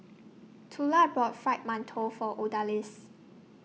Tula bought Fried mantou For Odalis